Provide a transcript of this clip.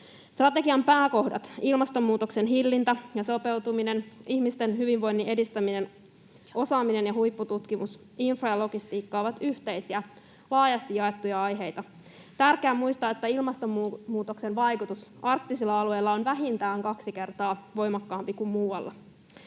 Strategian pääkohdat — ilmastonmuutoksen hillintä ja sopeutuminen, ihmisten hyvinvoinnin edistäminen, osaaminen ja huippututkimus, infra ja logistiikka — ovat yhteisiä laajasti jaettuja aiheita. On tärkeä muistaa, että ilmastonmuutoksen vaikutus arktisilla alueilla on vähintään kaksi kertaa voimakkaampi kuin muualla.